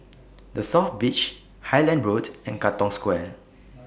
The South Beach Highland Road and Katong Square